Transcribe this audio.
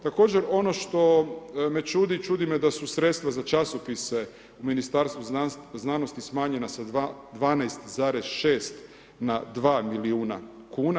Također ono što me čudi, čudi me da su sredstva za časopise u Ministarstvu znanosti smanjena sa 12,6 na 2 milijuna kn.